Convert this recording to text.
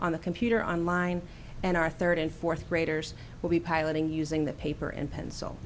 on the computer on line and our third and fourth graders will be piloting using the paper and pencil